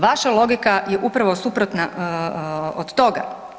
Vaša logika je upravo suprotna od toga.